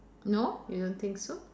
no you don't think so